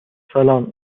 سلام